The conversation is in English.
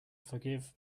forgive